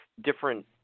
different